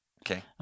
Okay